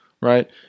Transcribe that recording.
right